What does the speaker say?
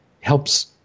helps